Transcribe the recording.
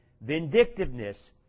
vindictiveness